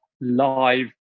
live